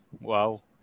Wow